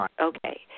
okay